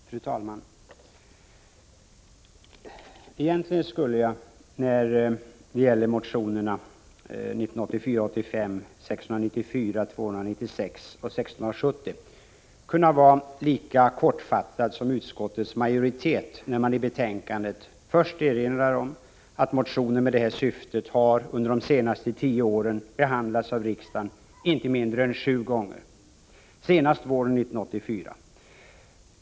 Fru talman! Egentligen skulle jag när det gäller motionerna 1984/85:694, 296 och 1670 kunna vara lika kortfattad som utskottets majoritet när man i betänkandet först erinrar om att motioner med det här syftet under de senaste tio åren har behandlats av riksdagen inte mindre än sju gånger — senast våren 1984.